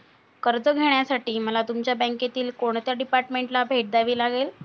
कर्ज घेण्यासाठी मला तुमच्या बँकेतील कोणत्या डिपार्टमेंटला भेट द्यावी लागेल?